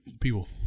people